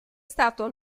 stato